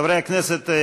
חברי הכנסת,